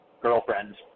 girlfriend